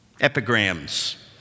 Epigrams